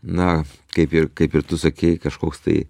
na kaip ir kaip ir tu sakei kažkoks tai